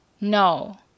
no